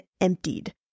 emptied